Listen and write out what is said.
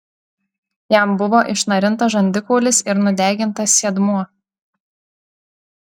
jam buvo išnarintas žandikaulis ir nudegintas sėdmuo